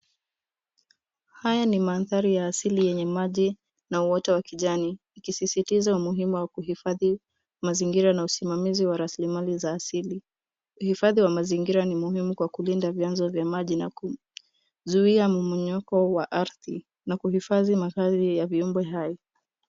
Haya ni mandhari ya asili yenye maji na uoto wa kijani, kisisitizo umuhimu wa kuhifadhi wa mazingira na usimamizi wa raslimali za asili. Uhifadhi wa mazingira ni muhimu kwa kulinda vyanzo vya maji na kuzuia mmomonyoko wa ardhi na kuhifadhi makazi ya viumbe hai.